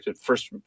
first